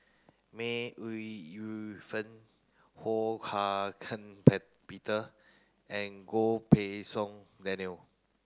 May Ooi Yu Fen Ho Hak Ean Peter and Goh Pei Siong Daniel